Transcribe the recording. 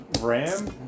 ram